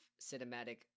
cinematic